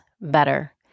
better